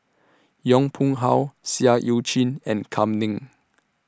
Yong Pung How Seah EU Chin and Kam Ning